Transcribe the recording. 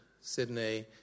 Sydney